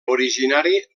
originari